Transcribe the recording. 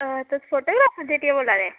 तुस फोटोग्राफर दी हट्टी दां बोल्लाने